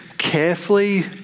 carefully